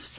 ப் ச